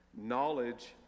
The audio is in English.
knowledge